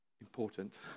important